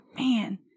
Man